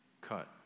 Cut